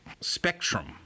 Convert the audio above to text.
spectrum